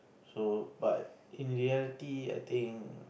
so but in reality I think